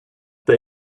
they